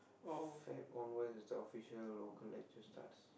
Feb onwards is the official local lecture starts